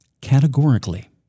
categorically